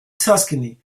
tuscany